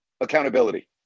accountability